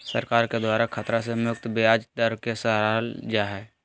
सरकार के द्वारा खतरा से मुक्त ब्याज दर के सराहल जा हइ